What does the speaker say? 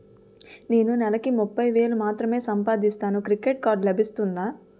నేను నెల కి ముప్పై వేలు మాత్రమే సంపాదిస్తాను క్రెడిట్ కార్డ్ లభిస్తుందా?